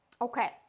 okay